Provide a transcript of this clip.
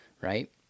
right